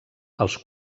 els